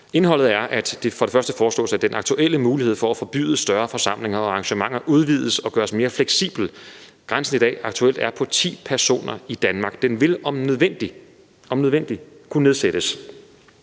Indholdet er, at det for det første foreslås, at den aktuelle mulighed for at forbyde større forsamlinger og arrangementer udvides og gøres mere fleksibel. Aktuelt i dag er grænsen i Danmark på ti personer, og den vil om nødvendigt – om nødvendigt